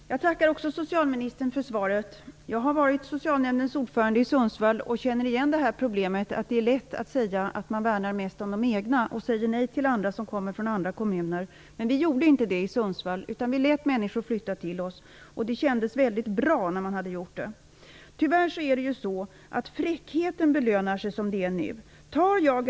Fru talman! Jag tackar också socialministern för svaret. Jag har varit Socialnämndens ordförande i Sundsvall och känner igen detta problem att det är lätt att säga att man värnar mest om de egna och säger nej till andra som kommer från andra kommuner. Men vi gjorde inte det i Sundsvall. Vi lät människor flytta till oss. Det kändes mycket bra när man hade gjort det. Tyvärr belönar sig fräckheten som det nu är.